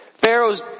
Pharaoh's